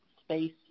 space